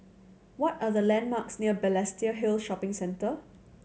what are the landmarks near Balestier Hill Shopping Centre